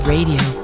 Radio